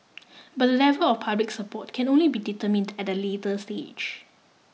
but the level of public support can only be determined at a later stage